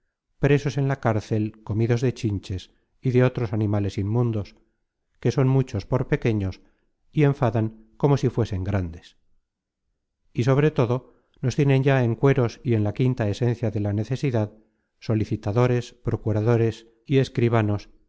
presos en la cár cel comidos de chinches y de otros animales inmundos que son muchos por pequeños y enfadan como si fuesen grandes y sobre todo nos tienen ya en cueros y en la quinta esencia de la necesidad solicitadores procuradores y